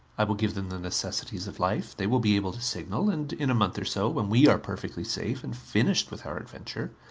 i will give them the necessities of life. they will be able to signal. and in a month or so, when we are perfectly safe and finished with our adventure,